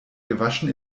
gewaschen